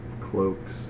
cloaks